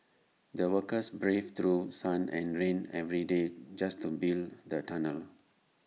the workers braved through sun and rain every day just to build the tunnel